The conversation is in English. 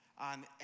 on